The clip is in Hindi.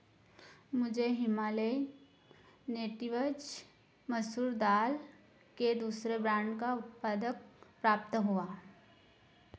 मुझे हिमालयन नेटिवज़ मसूर दाल के दूसरे ब्रांड का उत्पादक प्राप्त हुआ